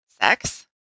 sex